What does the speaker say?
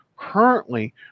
currently